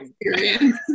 experience